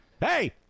hey